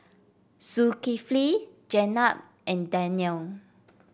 Zulkifli Jenab and Danial